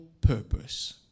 purpose